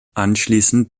anschließend